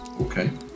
Okay